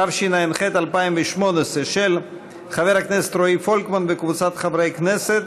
התשע"ח 2018. של חבר הכנסת רועי פולקמן וקבוצת חברי הכנסת.